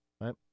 right